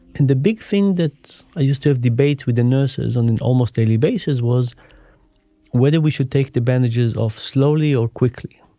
and the big thing that i used to have debates with the nurses on an almost daily basis was whether we should take the bandages off slowly or quickly.